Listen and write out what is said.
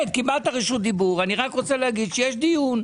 קיבלת רשות דיבור ואני רק רוצה לומר שיש דיון,